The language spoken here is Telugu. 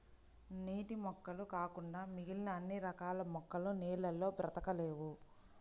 నీటి మొక్కలు కాకుండా మిగిలిన అన్ని రకాల మొక్కలు నీళ్ళల్లో బ్రతకలేవు